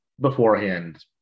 beforehand